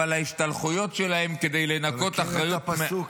אבל ההשתלחויות שלהם כדי לנקות מאחריות -- אתה מכיר את הפסוק?